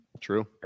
True